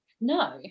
No